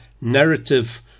narrative